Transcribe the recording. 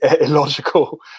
illogical